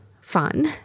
fun